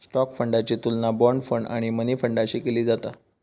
stock फंडाची तुलना bond fund आणि मनी फंडाशी केली जाता